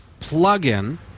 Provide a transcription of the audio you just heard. plugin